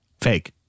Fake